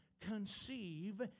conceive